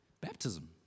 Baptism